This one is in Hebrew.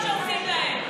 מה שעושים להם,